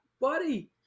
buddy